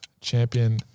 champion